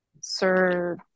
Sir